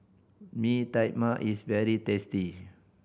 Mee Tai Mak is very tasty